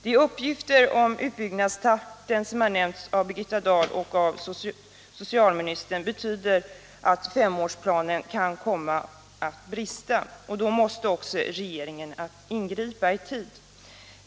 De uppgifter om utbyggnadstakten som har nämnts av Birgitta Dahl och av socialministern visar att femårsplanen kan komma att brista. Därför måste regeringen ingripa i tid.